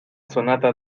sonata